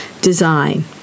design